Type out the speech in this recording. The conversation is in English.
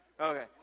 Okay